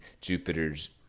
Jupiter's